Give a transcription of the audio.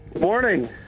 Morning